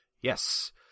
Yes